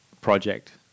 project